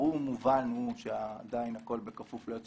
ברור ומובן הוא שעדיין הכול בכפוף ליועץ